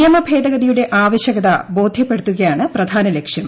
നിയമ ഭേദഗതിയുടെ ആവശ്യകത ബോധ്യപ്പെടുത്തുകയാണ് പ്രധാനലക്ഷ്യം